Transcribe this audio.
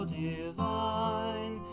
divine